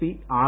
P R